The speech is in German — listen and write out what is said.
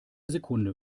sekunde